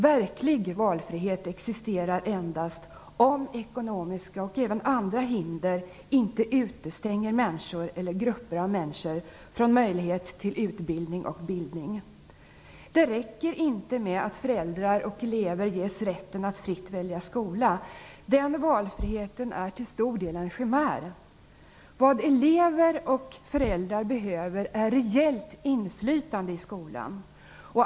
Verklig valfrihet existerar endast om ekonomiska och andra hinder inte utestänger människor eller grupper av människor från möjligheten till utbildning och bildning. Det räcker inte med att föräldrar och elever ges rätten att fritt välja skola. Den valfriheten är till stor del en chimär. Vad elever och föräldrar behöver är reellt inflytande i skolan.